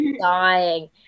dying